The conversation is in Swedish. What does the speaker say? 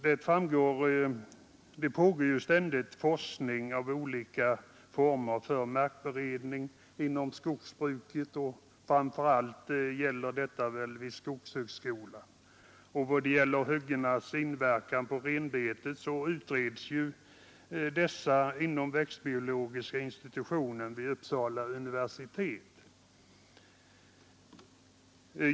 Det pågår ständigt forskning i olika former för markberedning inom skogsbruket; framför allt sker detta vid skogshögskolan. Hyggenas inverkan på renbetet utreds inom växtbiologiska institutionen vid Uppsala universitet.